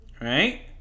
right